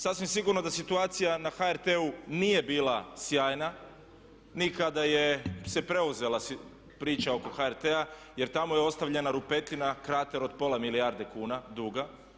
Sasvim sigurno da situacija na HRT-u nije bila sjajna ni kada se preuzela priča oko HRT-a jer tamo je ostavljena rupetina, krater o pola milijarde kuna duga.